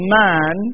man